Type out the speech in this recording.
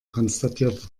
konstatierte